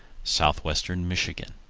southwestern michigan.